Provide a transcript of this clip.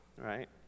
Right